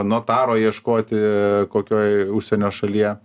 notaro ieškoti kokioj užsienio šalyje